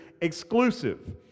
exclusive